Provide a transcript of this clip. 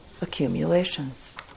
accumulations